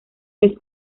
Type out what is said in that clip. los